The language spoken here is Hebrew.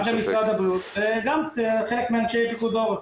גם של משרד הבריאות וגם של חלק מאנשי פיקוד העורף.